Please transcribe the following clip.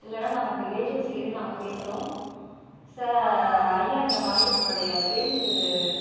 இல்லைனா நாங்கள் உங்கள் ஏஜென்சிக்கிட்டே நாங்கள் பேசுகிறோம் சார் ஐயா இந்தமாதிரி உங்களுடைய பேருந்து